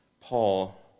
Paul